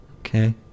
okay